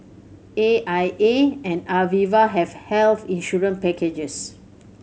A I A and Aviva have health insurance packages